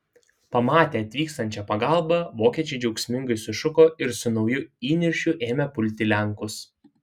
pamatę atvykstančią pagalbą vokiečiai džiaugsmingai sušuko ir su nauju įniršiu ėmė pulti lenkus